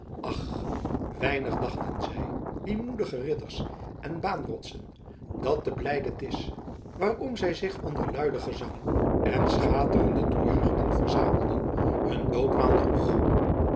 ach weinig dachten zij die moedige ridders en baanrotsen dat de blijde disch waarom zij zich onder luide gezangen en schaterende toejuichingen verzamelden hun doodmaal droeg